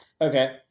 Okay